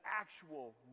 actual